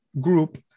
group